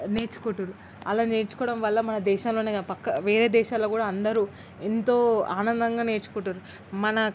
నేర్చుకుంటున్నారు అలా నేర్చుకోవటం వల్ల మన దేశంలోనే పక్క వేరే దేశాల్లో కూడా అందరూ ఎంతో ఆనందంగా నేర్చుకుంటున్నారు మన